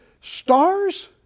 stars